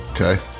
Okay